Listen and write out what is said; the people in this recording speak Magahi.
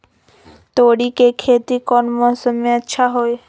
तोड़ी के खेती कौन मौसम में अच्छा होई?